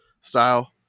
style